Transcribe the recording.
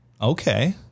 Okay